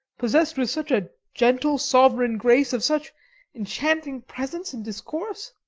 possess'd with such a gentle sovereign grace, of such enchanting presence and discourse,